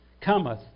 cometh